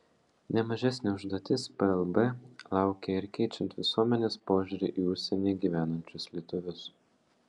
ne mažesnė užduotis plb laukia ir keičiant visuomenės požiūrį į užsienyje gyvenančius lietuvius